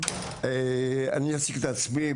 אני אציג את עצמי,